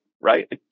right